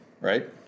right